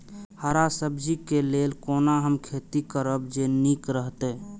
हरा सब्जी के लेल कोना हम खेती करब जे नीक रहैत?